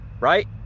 right